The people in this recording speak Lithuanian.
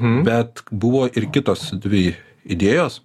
bet buvo ir kitos dvi idėjos